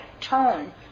tone